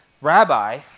Rabbi